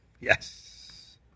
Yes